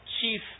Chief